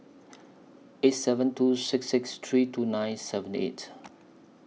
eight seven two six six three two nine seven eight